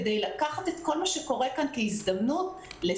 כדי לקחת את כל מה שקורה כאן כהזדמנות לשיח,